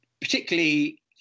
particularly